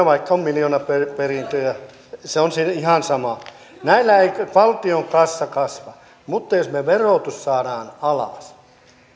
vaikka on miljoonaperintöjä se on ihan sama näillä ei valtion kassa kasva mutta jos verotus saadaan alas